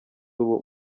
ubu